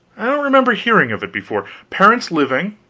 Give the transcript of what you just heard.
i don't remember hearing of it before. parents living?